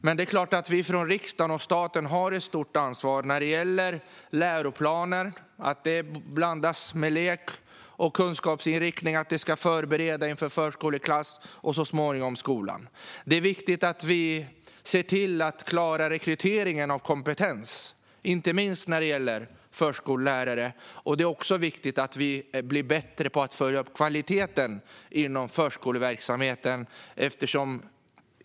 Men det är klart att vi från riksdagens och statens sida har ett stort ansvar när det gäller läroplanen och kunskapsinriktningen, för att lärande blandas med lek och för att verksamheten förbereder för förskoleklass och så småningom för skolan. Det är viktigt att vi ser till att klara rekryteringen av kompetens, inte minst när det gäller förskollärare, och att vi blir bättre på att följa upp kvaliteten inom förskoleverksamheten.